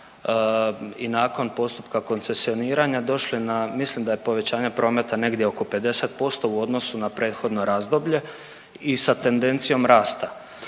i nakon postupka koncesioniranja, došli na, mislim da je povećanje prometa negdje oko 50% u odnosu na prethodno razdoblje i sa tendencijom rasta.